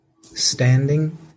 standing